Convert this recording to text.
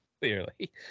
clearly